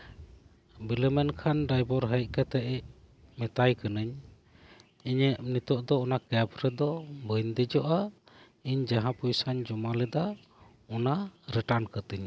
ᱵᱤᱞᱚᱢᱮᱱᱠᱷᱟᱱ driver ᱦᱮᱡ ᱠᱟᱛᱮ ᱢᱮᱛᱟᱭ ᱠᱟᱹᱱᱟᱹᱧ ᱤᱧᱟ ᱜ ᱱᱤᱛᱳᱜ ᱫᱚ ᱚᱱᱟ ᱠᱮᱵ ᱨᱮᱫᱚ ᱵᱟᱹᱧ ᱫᱮᱡᱚᱜᱼᱟ ᱤᱧ ᱡᱟᱦᱟᱸ ᱯᱚᱭᱥᱟᱧ ᱡᱚᱢᱟ ᱞᱮᱫᱟ ᱚᱱᱟ ᱨᱤᱴᱟᱱ ᱠᱟᱹᱛᱤᱧ ᱢᱮ